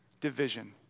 division